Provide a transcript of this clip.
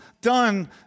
done